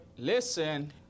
Listen